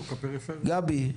גבי.